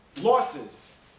losses